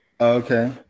Okay